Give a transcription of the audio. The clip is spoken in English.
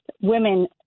women